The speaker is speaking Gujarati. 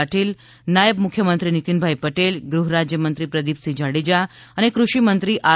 પાટિલ નાયબ મુખ્યમંત્રી નિતિનભાઈ પટેલ ગૃહ રાજ્યમંત્રી પ્રદીપસિંહ જાડેજા અને કૃષિ મંત્રી આર